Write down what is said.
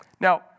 Now